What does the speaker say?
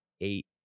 eight